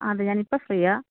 അതെ ഞാൻ ഇപ്പോൾ ഫ്രീ ആണ്